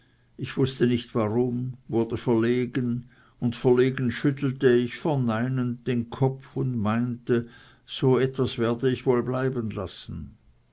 ich wußte nicht warum wurde verlegen und verlegen schüttelte ich verneinend den kopf und meinte so etwas werde ich wohl bleiben lassen